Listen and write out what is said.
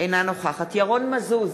אינה נוכחת ירון מזוז,